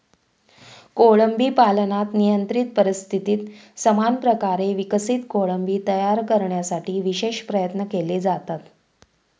कोळंबी पालनात नियंत्रित परिस्थितीत समान प्रकारे विकसित कोळंबी तयार करण्यासाठी विशेष प्रयत्न केले जातात